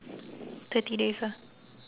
thirty days ah